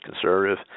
conservative